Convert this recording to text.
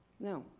no.